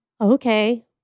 okay